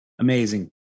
amazing